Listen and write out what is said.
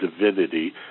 divinity